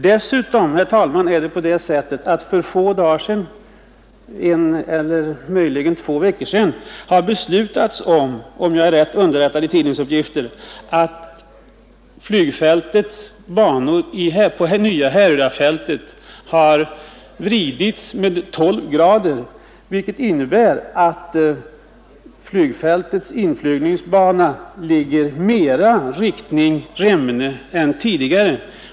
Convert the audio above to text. Dessutom, herr talman, har det — om jag är rätt underrättad genom ttidningsuppgifter — för en eller möjligen två veckor sedan beslutats att det nya Härrydafältets banor skall vridas med 12” vilket innebär att fältets inflygningsbana ligger mera riktning Remmene än tidigare.